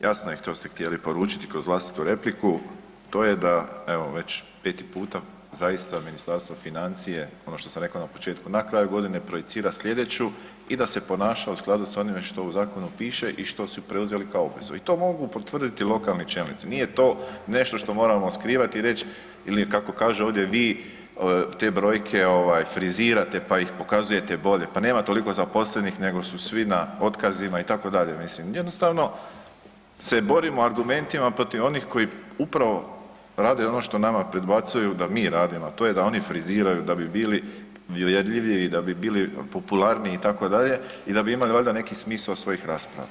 Jasno je što ste htjeli poručiti kroz vlastitu repliku, to je da evo već peti puta zaista Ministarstvo financija, ono što sam rekao na početku, na kraju godine projicira slijedeću i da se ponaša u skladu sa onime što u zakonu piše i što su preuzeli kao obvezu, i to mogu potvrditi lokalni čelnici, nije to nešto što moramo skrivati i reći ili kako kaže ovdje vi, te brojke frizirate pa ih pokazujete bolje, pa nema toliko zaposlenih nego su svi na otkazima itd., mislim jednostavno se borimo argumentima protiv onih koji upravo rade ono što nama predbacuju da mi radimo a to je da oni friziraju da bi bili uvjerljiviji i da bi bili popularniji itd., i da bi imali valjda neki smisao svojih rasprava.